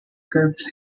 curves